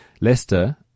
Leicester